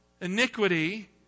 Iniquity